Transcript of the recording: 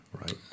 right